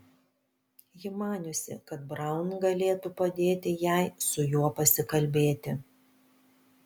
ji maniusi kad braun galėtų padėti jai su juo pasikalbėti